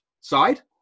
side